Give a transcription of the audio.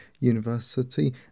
University